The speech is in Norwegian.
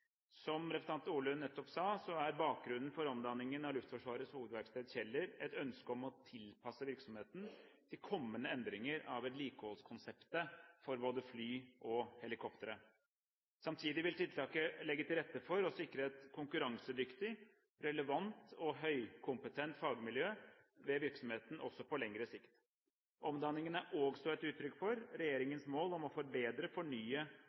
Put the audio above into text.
Som representanten Orlund nettopp sa, er bakgrunnen for omdanningen av Luftforsvarets hovedverksted Kjeller et ønske om å tilpasse virksomheten til kommende endringer av vedlikeholdskonseptet for både fly og helikoptre. Samtidig vil tiltaket legge til rette for å sikre et konkurransedyktig, relevant og høykompetent fagmiljø ved virksomheten også på lengre sikt. Omdanningen er også et uttrykk for regjeringens mål om å forbedre,